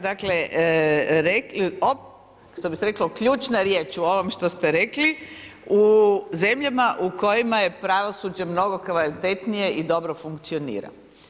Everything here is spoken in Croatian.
Dakle, što bi se reklo, ključna riječ u ovom što ste rekli, u zemljama u kojima je pravosuđe mnogo kvalitetnije i dobro funkcionira.